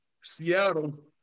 Seattle –